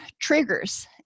triggers